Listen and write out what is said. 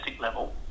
level